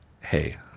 Hey